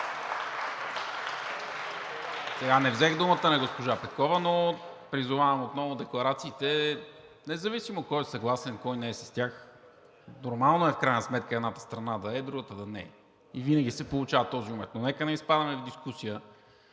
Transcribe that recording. Колеги, не взех думата на госпожа Петкова, но призовавам отново: независимо кой е съгласен и кой не е съгласен с декларациите, нормално е в крайна сметка едната страна да е, другата да не е и винаги се получава този момент, но нека не изпадаме в дискусия